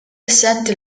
assente